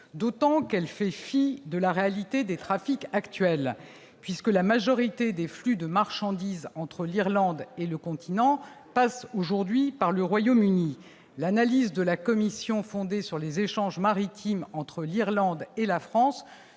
d'autant qu'elle fait fi de la réalité des trafics actuels, puisque la majorité des flux de marchandises entre l'Irlande et le continent passe aujourd'hui par le Royaume-Uni. L'analyse de la Commission fondée sur les échanges maritimes entre l'Irlande et la France